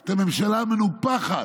את הממשלה המנופחת,